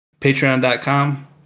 patreon.com